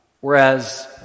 whereas